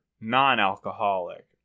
Non-alcoholic